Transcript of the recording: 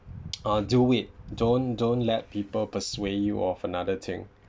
uh do it don't don't let people persuade you off another thing